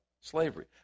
slavery